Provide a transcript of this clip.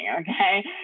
okay